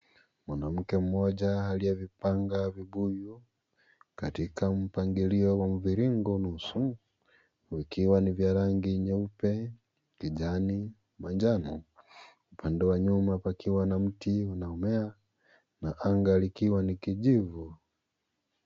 Mwanamke mmoja aliyevipanga vibuyu katika mpangilio wa mviringo nusu vikiwa ni vya rangi nyeupe kijani manjano upande wa nyuma pakiwa na miti unasomea na anga likiwa ni kijivu.